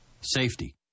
Safety